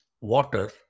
water